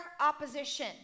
opposition